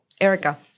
Erica